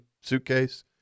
suitcase